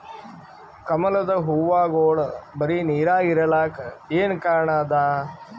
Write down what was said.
ಕಮಲದ ಹೂವಾಗೋಳ ಬರೀ ನೀರಾಗ ಇರಲಾಕ ಏನ ಕಾರಣ ಅದಾ?